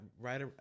right